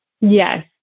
Yes